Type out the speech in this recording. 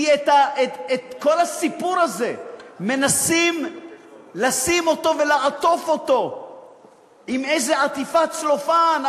כי את כל הסיפור הזה מנסים לשים ולעטוף בעטיפת צלופן,